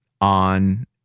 on